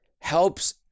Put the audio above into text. helps